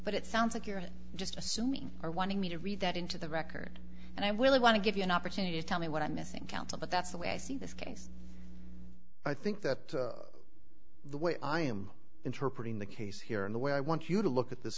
but it sounds like you're just assuming or wanting me to read that into the record and i will want to give you an opportunity to tell me what i'm missing counsel but that's the way i see this case i think that the way i am interpreting the case here in the way i want you to look at this